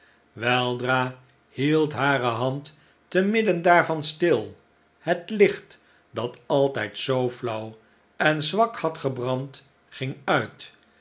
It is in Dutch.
weldra hield hare hand te midden daar van stil het licht dat altijd zoo flauw en zwak had gebrand ging uit